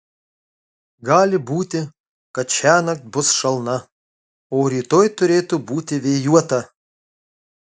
gali būti kad šiąnakt bus šalna o rytoj turėtų būti vėjuota